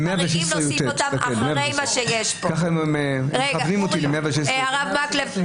מה זה לא נתבקשנו?